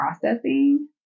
processing